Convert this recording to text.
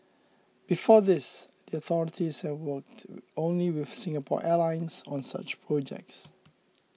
before this the authorities have worked only with Singapore Airlines on such projects